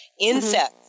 Insects